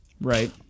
right